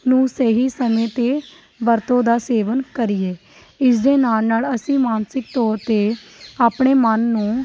ਨੂੰ ਸਹੀ ਸਮੇਂ 'ਤੇ ਵਰਤੋਂ ਦਾ ਸੇਵਨ ਕਰੀਏ ਇਸ ਦੇ ਨਾਲ਼ ਨਾਲ਼ ਅਸੀਂ ਮਾਨਸਿਕ ਤੌਰ 'ਤੇ ਆਪਣੇ ਮਨ ਨੂੰ